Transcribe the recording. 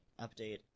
update